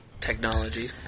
technology